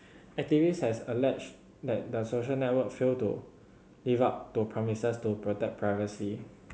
activists has alleged that the social network failed to live up to promises to protect privacy